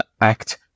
act